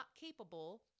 capable